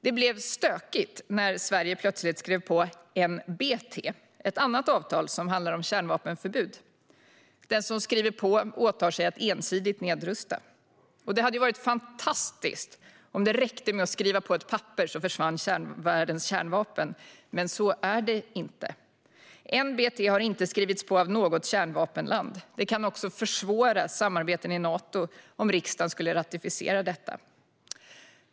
Det blev stökigt när Sverige plötsligt skrev under NBT, ett annat avtal, som handlar om kärnvapenförbud. Den som skriver under åtar sig att ensidigt nedrusta. Det hade ju varit fantastiskt om det räckte med att skriva på ett papper för att världens kärnvapen skulle försvinna. Men så är det inte. NBT har inte undertecknats av något kärnvapenland. Det kan också försvåra samarbeten i Nato om riksdagen skulle ratificera det.